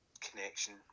connection